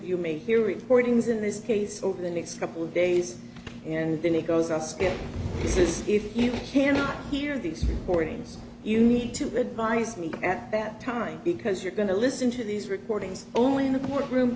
you may hear recordings in this case over the next couple of days and then he goes us get this if you can't hear these warnings you need to revise me at that time because you're going to listen to these recordings only in the courtroom